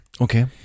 Okay